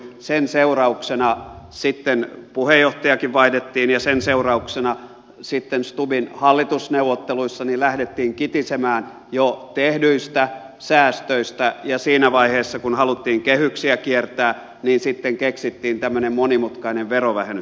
sen seurauksena sitten puheenjohtajakin vaihdettiin ja sen seurauksena sitten stubbin hallitusneuvotteluissa lähdettiin kitisemään jo tehdyistä säästöistä ja siinä vaiheessa kun haluttiin kehyksiä kiertää sitten keksittiin tämmöinen monimutkainen verovähennys